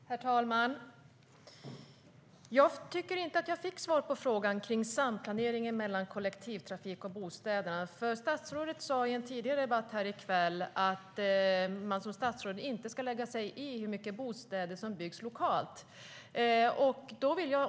Herr talman! Jag fick inte svar på min fråga om samplaneringen mellan kollektivtrafik och bostäder. Statsrådet sa i en tidigare debatt i kväll att han som statsråd inte ska lägga sig i hur många bostäder som byggs lokalt.